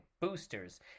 boosters